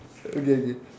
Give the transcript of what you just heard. okay okay